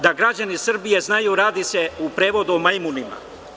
Da građani Srbije znaju - radi se u prevodu o majmunima.